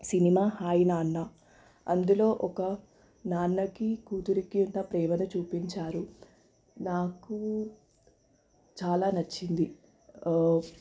cinema Hi Nanna అందులో ఒక నాన్నకి కూతురికి ఉన్న ప్రేమను చూపించారు నాకు చాలా నచ్చింది